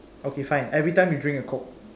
okay fine every time you drink a coke